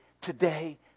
today